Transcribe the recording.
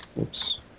Oops